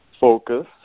focus